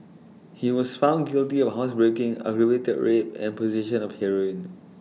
he was found guilty of housebreaking aggravated rape and possession of heroin